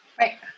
Right